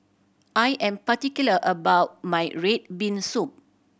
I am particular about my red bean soup